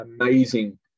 amazing